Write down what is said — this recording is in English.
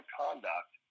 conduct